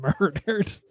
murdered